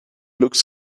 looks